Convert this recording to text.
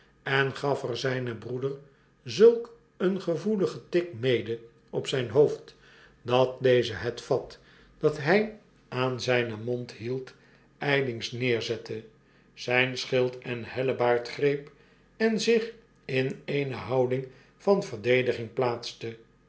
en gaf er zijnen broeder zulk een gevoeligen tik mede op zijn hoofd dat deze het vat dat hij aan zijnen mond hield ijlings neerzette zijn schild en hellebaard greep en zich in eene houding van verdediging plaatste